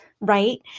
right